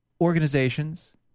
organizations